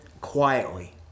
quietly